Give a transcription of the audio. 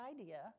idea